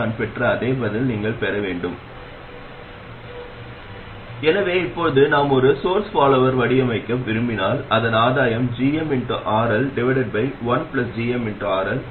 நாம் இதுவரை விவாதிக்காத மற்றொரு அம்சம் இந்த சுற்றுடன் ஒப்பிடும்போது இந்த சர்க்யூட் அதிக நேரியல் ஆகும் அதாவது MOS டிரான்சிஸ்டரை மிகக் கடுமையான நேரியல் அல்லாத நிலைக்கு இயக்காமல் பெரிய சிக்னலை V i இன் பெரிய மதிப்பை இதற்குப் பயன்படுத்தலாம்